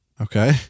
Okay